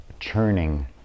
churning